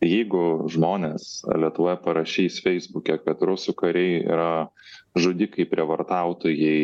jeigu žmonės lietuvoj parašys feisbuke kad rusų kariai yra žudikai prievartautojai